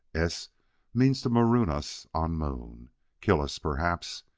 s means to maroon us on moon kill us perhaps.